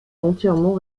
entièrement